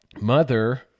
mother